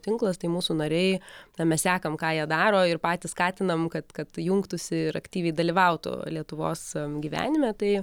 tinklas tai mūsų nariai na mes sekam ką jie daro ir patys skatinam kad kad jungtųsi ir aktyviai dalyvautų lietuvos gyvenime tai